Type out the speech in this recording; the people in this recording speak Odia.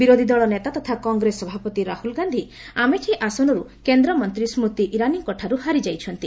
ବିରୋଧୀ ଦଳ ନେତା ତଥା କଂଗ୍ରେସ ଭାପତି ରାହୁଲ ଗାଧୀ ଆମେଠି ଆସନରୁ କେନ୍ଦ୍ରମନ୍ତୀ ସ୍ବୁତି ଇରାନଙ୍କଠାରୁ ହାରିଯାଇଛନ୍ତି